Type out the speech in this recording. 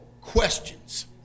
questions